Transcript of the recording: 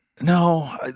No